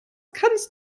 kannst